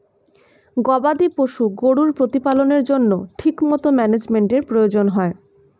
গবাদি পশু গরুর প্রতিপালনের জন্য ঠিকমতো ম্যানেজমেন্টের প্রয়োজন হয়